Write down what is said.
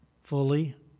fully